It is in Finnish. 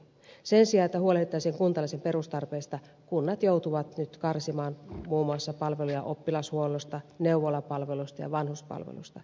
sen sijaan että huolehdittaisiin kuntalaisen perustarpeista kunnat joutuvat nyt karsimaan muun muassa palveluja oppilashuollosta neuvolapalveluista ja vanhuspalveluista